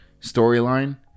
storyline